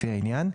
לפי העניין,